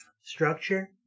structure